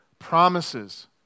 promises